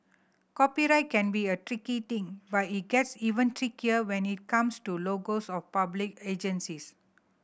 copyright can be a tricky thing but it gets even trickier when it comes to logos of public agencies